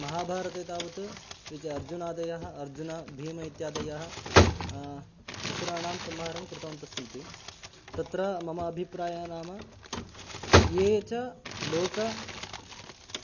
महाभारते तावत् ये च अर्जुनादयः अर्जुनभीम इत्यादयः असुराणां संहारं कृतवन्तः सन्ति तत्र मम अभिप्रायः नाम ये च लोके